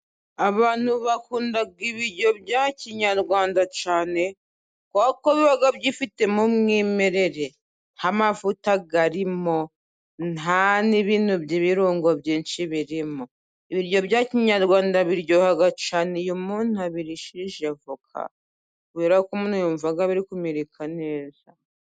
Abantu bakunda ibiryo bya kinyarwanda cyane ko ibigo byifitemo umwimerere nta mavuta arimo ,nta n' ibirungo byinshi birimo. Ibiryo bya kinyarwanda biryoha cyane iyo umuntu abirishije avoka ,kubera ko umuntu yumva biri kumirika neza.